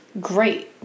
Great